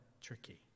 tricky